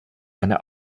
eine